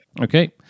Okay